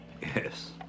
Yes